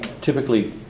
typically